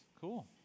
Cool